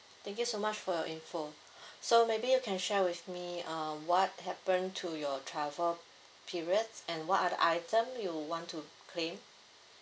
thank you so much for your info so maybe you can share with me um what happen to your travel periods and what are the item you want to claim